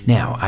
Now